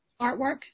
artwork